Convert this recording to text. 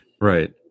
Right